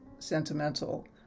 sentimental